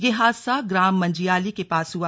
ये हादसा ग्राम मंजियाली के पास हुआ